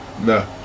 No